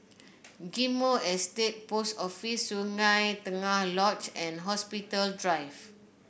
Ghim Moh Estate Post Office Sungei Tengah Lodge and Hospital Drive